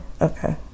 Okay